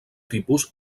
tipus